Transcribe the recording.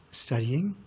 studying,